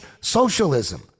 socialism